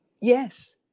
Yes